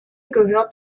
gehört